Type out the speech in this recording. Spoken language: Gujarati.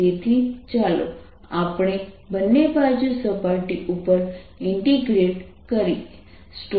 તેથી ચાલો આપણે બંને બાજુ સપાટી ઉપર ઇન્ટિગ્રેટ કરીએ